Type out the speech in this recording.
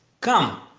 come